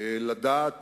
לדעת